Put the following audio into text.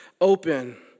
open